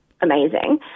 amazing